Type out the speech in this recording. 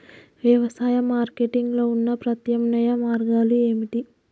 వ్యవసాయ మార్కెటింగ్ లో ఉన్న ప్రత్యామ్నాయ మార్గాలు ఏమిటి?